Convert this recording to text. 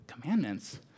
Commandments